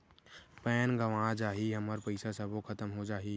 Pan गंवा जाही हमर पईसा सबो खतम हो जाही?